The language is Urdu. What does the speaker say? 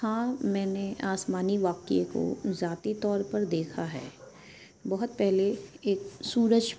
ہاں میں نے آسمانی واقعے کو ذاتی طور پر دیکھا ہے بہت پہلے ایک سورج